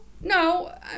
no